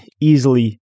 easily